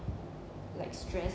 like stressed